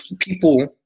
people